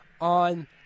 on